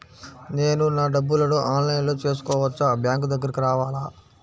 నేను నా డబ్బులను ఆన్లైన్లో చేసుకోవచ్చా? బ్యాంక్ దగ్గరకు రావాలా?